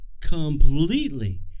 completely